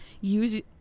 use